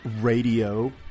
Radio